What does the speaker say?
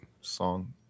song